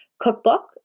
cookbook